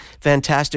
fantastic